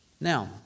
Now